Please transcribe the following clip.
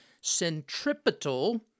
centripetal